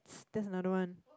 that's another one